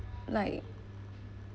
like